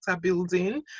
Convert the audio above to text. building